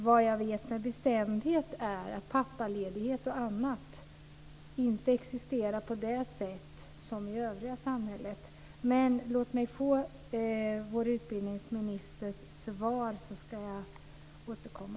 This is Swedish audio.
Vad jag vet med bestämdhet är att pappaledighet och annat inte existerar på samma sätt som i övriga samhället. Låt mig få vår utbildningsministers svar, så ska jag återkomma.